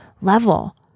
level